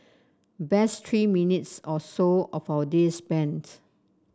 best three minutes or so of our day spends